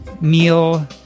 meal